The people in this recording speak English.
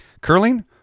Curling